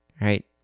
right